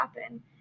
happen